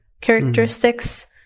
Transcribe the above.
characteristics